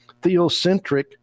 theocentric